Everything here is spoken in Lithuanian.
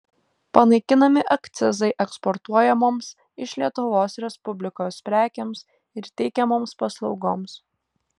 panaikinami akcizai eksportuojamoms iš lietuvos respublikos prekėms ir teikiamoms paslaugoms